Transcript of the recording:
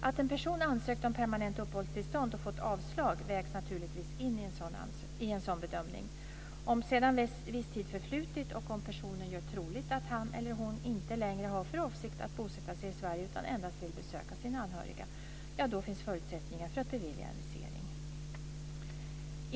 Att en person ansökt om permanent uppehållstillstånd och fått avslag vägs naturligtvis in i en sådan bedömning. Om sedan dess en viss tid förflutit och om personen gör troligt att han eller hon inte längre har för avsikt att bosätta sig i Sverige utan endast vill besöka sina anhöriga, då finns förutsättningar för att bevilja en visering.